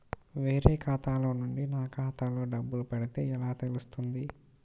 వేరే ఖాతా నుండి నా ఖాతాలో డబ్బులు పడితే ఎలా తెలుస్తుంది?